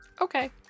Okay